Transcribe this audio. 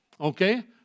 Okay